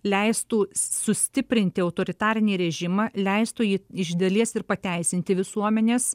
leistų sustiprinti autoritarinį režimą leistų jį iš dalies ir pateisinti visuomenės